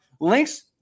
links